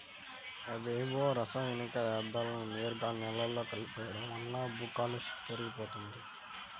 అవేవో రసాయనిక యర్థాలను నేరుగా నేలలో కలిపెయ్యడం వల్ల భూకాలుష్యం పెరిగిపోతంది